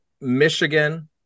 Michigan